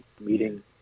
meeting